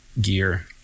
gear